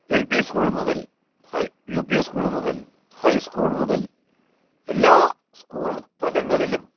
L P school മുതൽ high U P school മുതൽ high school മുതൽ എല്ലാ സ്കൂൾ തലങ്ങളിലും